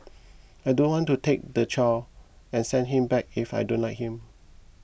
I don't want to take the child and send him back if I don't like him